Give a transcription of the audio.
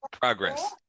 progress